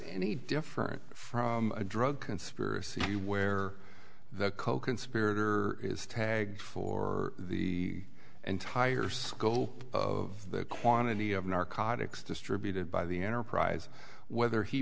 any different from a drug conspiracy where the coconspirator is tagged for the entire scope of the quantity of narcotics distributed by the enterprise whether he